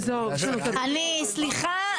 סליחה,